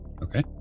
Okay